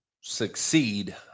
succeed